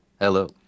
Hello